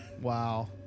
Wow